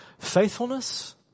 Faithfulness